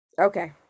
okay